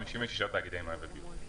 הבעיה של תאגיד המים בטמרה ובשפרעם.